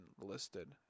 listed